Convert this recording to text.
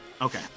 Okay